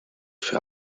für